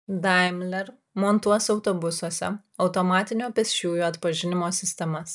daimler montuos autobusuose automatinio pėsčiųjų atpažinimo sistemas